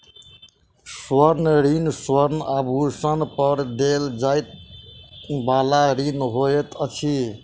स्वर्ण ऋण स्वर्ण आभूषण पर देल जाइ बला ऋण होइत अछि